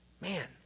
Man